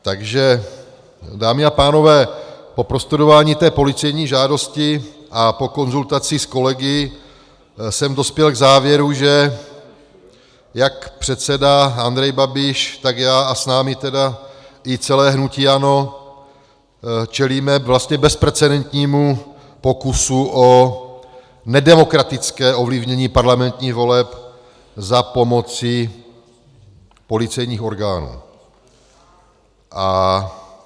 Takže dámy a pánové, po prostudování té policejní žádosti a po konzultaci s kolegy jsem dospěl k závěru, že jak předseda Andrej Babiš, tak já a s námi i celé hnutí ANO čelíme vlastně bezprecedentnímu pokusu o nedemokratické ovlivnění parlamentních voleb za pomoci policejních orgánů.